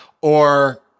or-